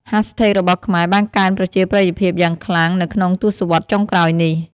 hashtags របស់ខ្មែរបានកើនប្រជាប្រិយភាពយ៉ាងខ្លាំងនៅក្នុងទសវត្សរ៍ចុងក្រោយនេះ។